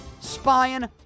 spying